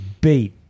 beat